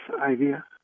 idea